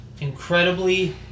incredibly